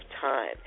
time